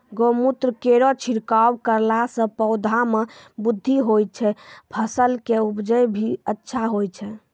गौमूत्र केरो छिड़काव करला से पौधा मे बृद्धि होय छै फसल के उपजे भी अच्छा होय छै?